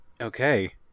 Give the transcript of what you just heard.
Okay